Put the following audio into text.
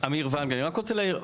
אמיר ונג, אני רק רוצה להעיר.